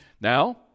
Now